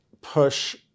push